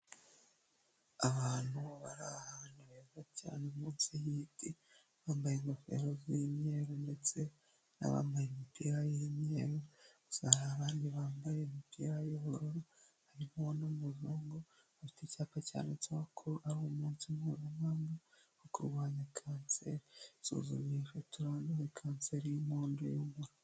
Abantu bari ahantu heza cyane munsi y'igiti ,bambaye ingofero z'imyeru ,ndetse n'abambaye imipira y'imyeru ,gusa hari, abandi bambaye imipira yubururu, harimo n'umuzungu ufite icyapa cyanditseho ko ari umunsi mpuzamahanga wo kurwanya kanseri. Isuzumishe turandure kanseri y'inkondo y'umura.